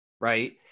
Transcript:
Right